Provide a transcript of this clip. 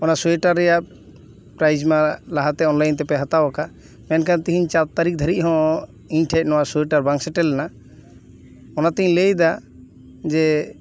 ᱚᱱᱟ ᱥᱳᱭᱮᱴᱟᱨ ᱨᱮᱱᱟ ᱯᱨᱟᱭᱤᱡᱽ ᱢᱟ ᱞᱟᱦᱟᱛᱮ ᱚᱱᱞᱟᱭᱤᱱ ᱛᱮᱯᱮ ᱦᱟᱛᱟᱣ ᱟᱠᱟᱫ ᱢᱮᱱᱠᱷᱟᱱ ᱛᱮᱦᱮᱧ ᱪᱟᱨ ᱛᱟᱹᱨᱤᱠᱷ ᱫᱷᱟᱹᱵᱤᱡ ᱦᱚ ᱤᱧ ᱴᱷᱮᱡ ᱱᱚᱣᱟ ᱥᱚᱭᱮᱴᱟᱨ ᱵᱟᱝ ᱥᱮᱴᱮᱨ ᱞᱮᱱᱟ ᱚᱱᱟᱛᱮᱧ ᱞᱟᱹᱭ ᱮᱫᱟ ᱡᱮ